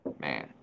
man